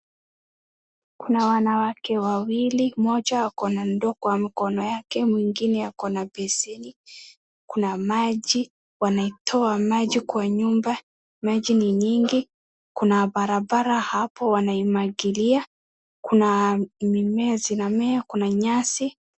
Kuna wanawake wawili, mmoja akona ndoo kwa mkono yake , mwingine akona beseni, kuna maji wanaitoa maji kwa nyumba, maji ni nyingi, kuna barabara hapo wanaimwagilia, kuna mimea zinamea, kuna nyasi.